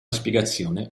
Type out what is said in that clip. spiegazione